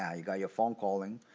ah you've got your phone calling.